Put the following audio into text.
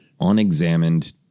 unexamined